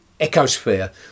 ecosphere